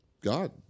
God